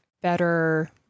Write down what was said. better